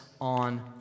on